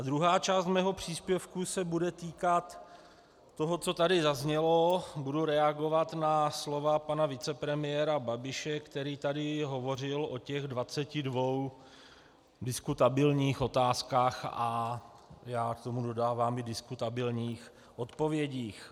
A druhá část mého příspěvku se bude týkat toho, co tady zaznělo, budu reagovat na slova pana vicepremiéra Babiše, který tady hovořil o 22 diskutabilních otázkách, a já k tomu dodávám, i diskutabilních odpovědích.